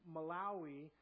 Malawi